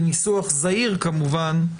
בניסוח זהיר כמובן,